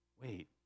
wait